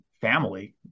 family